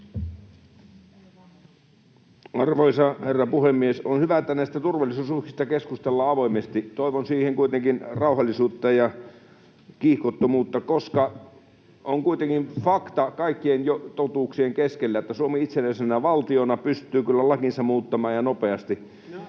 Arvoisa herra puhemies! On hyvä, että näistä turvallisuusuhkista keskustellaan avoimesti. Toivon siihen kuitenkin rauhallisuutta ja kiihkottomuutta, koska on kuitenkin fakta kaikkien totuuksien keskellä, että Suomi itsenäisenä valtiona pystyy kyllä lakinsa muuttamaan ja nopeasti.